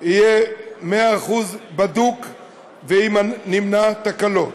יהיה מאה אחוז בדוק ונמנע תקלות.